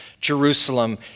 Jerusalem